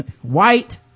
white